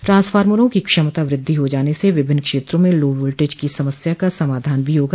ट्रांसफामरों की क्षमता वृद्धि हो जाने से विभिन्न क्षेत्रों में लो वोल्टेज की समस्या का समाधान भी होगा